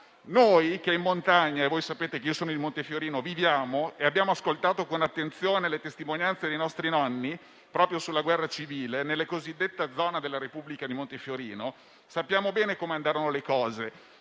sono di Montefiorino: noi, che in montagna viviamo e abbiamo ascoltato con attenzione le testimonianze dei nostri nonni proprio sulla guerra civile nella cosiddetta zona della Repubblica di Montefiorino, sappiamo bene come andarono le cose.